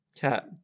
Cat